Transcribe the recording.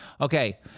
Okay